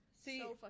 see